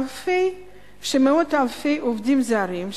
שמאות אלפי עובדים זרים,